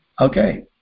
okay